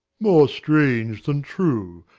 more strange than true.